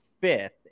fifth